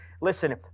listen